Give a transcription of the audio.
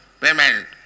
payment